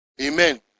Amen